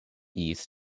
east